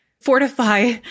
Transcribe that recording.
fortify